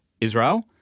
Israel